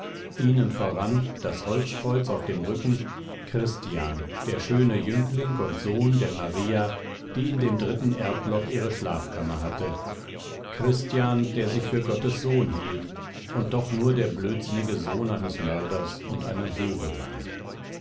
ihnen voran das holzkreuz auf dem rücken christian der schöne jüngling und sohn der maria die in dem dritten erdloch ihre schlafkammer hatte christian der sich für gottes sohn hielt und doch nur der blödsinnige sohn eines mörders und einer hure war